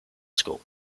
school